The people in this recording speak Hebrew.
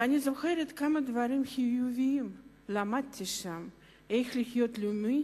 ואני זוכרת כמה דברים חיוביים למדתי שם: איך להיות לאומי